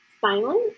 silence